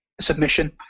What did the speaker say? submission